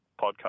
podcast